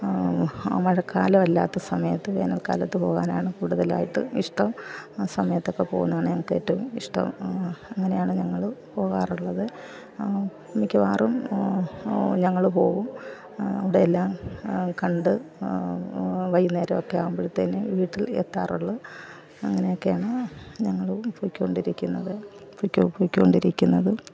മഴക്കാലം അല്ലാത്ത സമയത്ത് വേനൽക്കാലത്ത് പോകാനാണ് കൂടുതലായിട്ട് ഇഷ്ടം ആ സമയത്തക്കെ പോവുന്നതാണ് ഞങ്ങൾക്ക് ഏറ്റവും ഇഷ്ടം അങ്ങനെയാണ് ഞങ്ങൾ പോകാറുള്ളത് മിക്കവാറും ഞങ്ങൾ പോകും അവടെയെല്ലാം കണ്ട് വൈകുന്നേരം ഓക്കെ ആകുമ്പോഴത്തേന് വീട്ടിൽ എത്താറുള്ളൂ അങ്ങനെ ഒക്കെയാണ് ഞങ്ങൾ പോയിക്കൊണ്ടിരിക്കുന്നത് പോയിക്കൊണ്ടിരിക്കുന്നത്